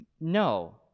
No